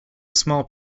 small